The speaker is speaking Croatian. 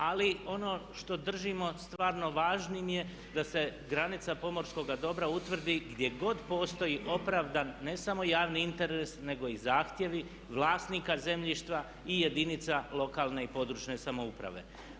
Ali ono što držimo stvarno važnim je da se granica pomorskoga dobra utvrdi gdje god postoji opravdan, ne samo javni interes nego i zahtjevi vlasnika zemljišta i jedinica lokalne i područne samouprave.